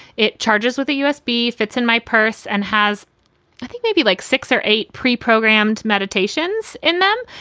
it charges with a usb if it's in my purse and has i think maybe like six or eight pre-programmed meditations in them.